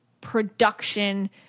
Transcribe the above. production